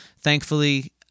Thankfully